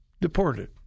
deported